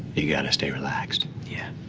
you got to stay relaxed. yeah.